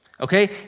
Okay